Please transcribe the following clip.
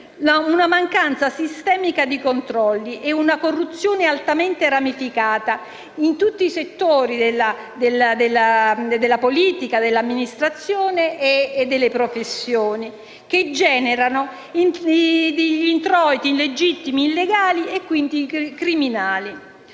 una mancanza sistemica di controlli e una corruzione altamente ramificata in tutti i settori della politica, dell'amministrazione e delle professioni che generano introiti illegittimi illegali e quindi criminali.